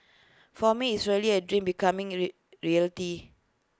for me is really A dream becoming A re reality